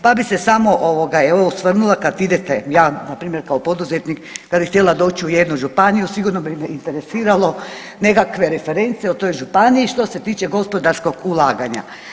Pa bih se samo evo osvrnula kada idete, ja npr. kao poduzetnik kada bih htjela doći u jednu županiju sigurno bi me interesirale nekakve reference o toj županiji što se tiče gospodarskog ulaganja.